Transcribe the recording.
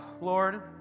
Lord